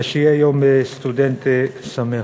ושיהיה יום סטודנט שמח.